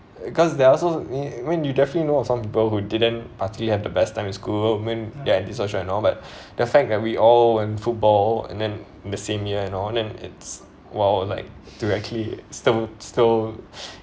cause there are also me~ mean you definitely know of some people who didn't particularly have the best time in school mean ya anti-social and all but the fact that we all in football and then the same year and all then it's well like to actually still still